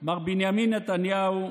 מר בנימין נתניהו,